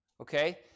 okay